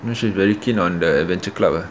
you know she's very keen on the adventure club eh